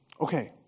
Okay